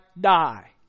die